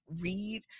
read